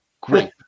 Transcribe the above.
Great